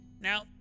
Now